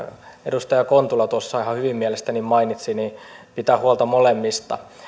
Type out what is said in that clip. edustaja kontula tuossa ihan hyvin mielestäni mainitsi pidetään huolta molemmista